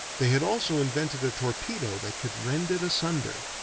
they had also invented a torpedo that could rend it asunder.